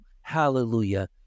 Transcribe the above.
hallelujah